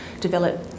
develop